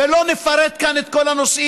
ולא נפרט כאן את כל הנושאים,